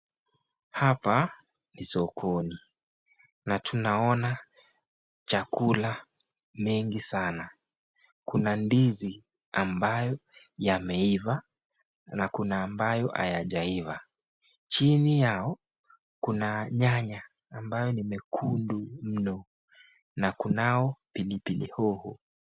Hapa ni sokoni na tunaona chakula mengi sana. Kuna ndizi ambayo yameiva na kuna ambayo hayajaiva. Chini yao kuna nyanya ambayo ni mekundu mno na kunao pilipili hoho.